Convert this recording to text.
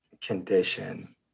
condition